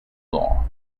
law